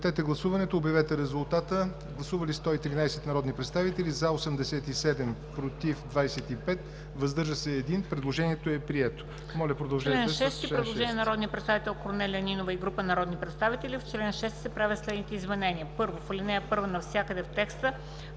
В чл. 6 се правят следните изменения: